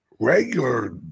Regular